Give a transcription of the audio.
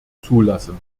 zulassen